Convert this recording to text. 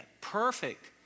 perfect